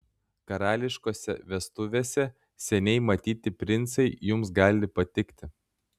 karališkose vestuvėse seniai matyti princai jums gali patikti